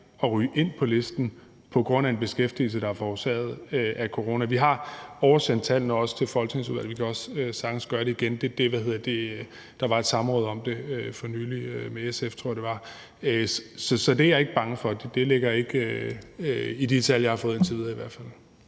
at ryge ind på listen på grund af en manglende beskæftigelse, der er forårsaget af corona. Vi har oversendt tallene også til Folketingets udvalg, og vi kan også sagtens gøre det igen. Der var for nylig et samråd med SF, tror jeg det var, om det. Så det er jeg ikke bange for, for det ligger i hvert fald ikke i de tal, jeg har fået indtil videre. Kl.